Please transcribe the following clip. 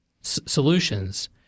solutions